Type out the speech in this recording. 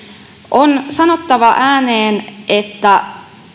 on sanottava ääneen että